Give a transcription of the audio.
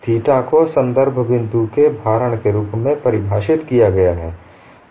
theta को संदर्भ बिंदु से भारण के रूप में परिभाषित किया गया है